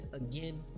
again